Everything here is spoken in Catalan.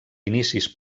inicis